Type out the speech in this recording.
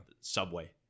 Subway